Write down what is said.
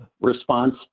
response